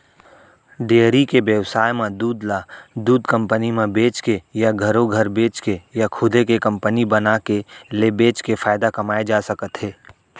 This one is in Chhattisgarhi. डेयरी के बेवसाय म दूद ल दूद कंपनी म बेचके या घरो घर बेचके या खुदे के कंपनी बनाके ले बेचके फायदा कमाए जा सकत हे